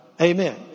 Amen